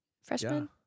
freshman